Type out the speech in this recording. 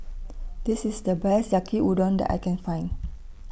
This IS The Best Yaki Udon that I Can Find